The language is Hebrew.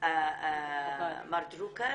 מר דרוקר